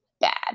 bad